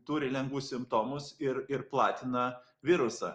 turi lengvus simptomus ir ir platina virusą